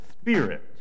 spirit